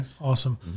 Awesome